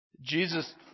Jesus